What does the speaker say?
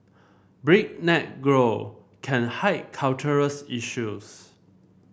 breakneck grow can hide cultural issues